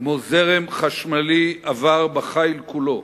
כמו זרם חשמלי עבר בחיל כולו.